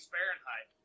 Fahrenheit